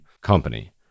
company